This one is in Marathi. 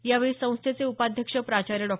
यावेळी संस्थेचे उपाध्यक्ष प्राचार्य डॉ